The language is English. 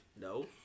no